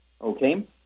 okay